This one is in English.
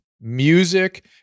music